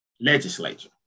legislature